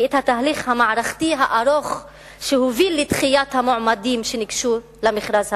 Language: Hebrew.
ואת התהליך המערכתי הארוך שהוביל לדחיית המועמדים שניגשו למכרז הפנימי.